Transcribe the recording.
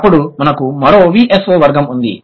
అప్పుడు మనకు మరో VSO వర్గం ఉంది